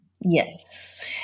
Yes